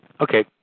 okay